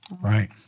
Right